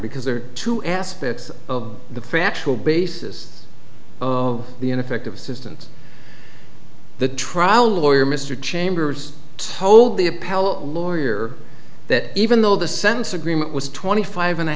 because there are two aspects of the factual basis of the ineffective assistance the trial lawyer mr chambers told the appellate lawyer that even though the sentence agreement was twenty five and a